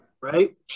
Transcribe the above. right